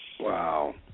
Wow